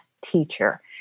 teacher